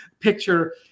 picture